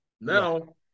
now